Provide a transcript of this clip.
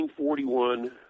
1941